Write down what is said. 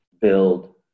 build